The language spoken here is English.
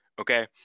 okay